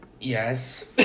Yes